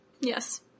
Yes